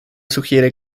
sugiere